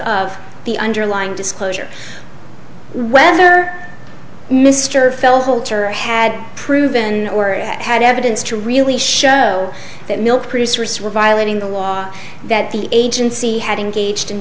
of the underlying disclosure whether mr felter had proven or had evidence to really show that milk producers were violating the law that the agency had engaged in